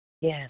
Yes